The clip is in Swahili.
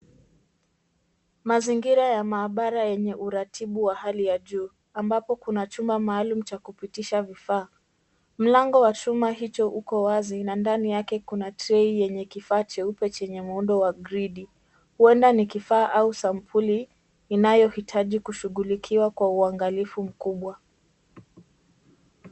Mazingira ya maabara yenye uratibu wa hali ya juu ambapo kuna chuma maalum cha kupitisha vifaa. Mlango wa chuma hicho uko wazi na ndani yake kuna trei yenye kifaa cheupe chenye muundo wa gridi. Huenda ni kifaa au sampuli inayohitaji kushughulikiwa kwa uangalifu mkubwa.